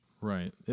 Right